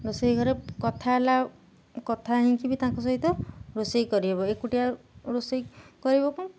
ରୋଷେଇ ଘରେ କଥା ହେଲା କଥା ହେଇକି ବି ତାଙ୍କ ସହିତ ରୋଷେଇ କରିହେବ ଏକୁଟିଆ ରୋଷେଇ କରିବ କ'ଣ